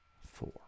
four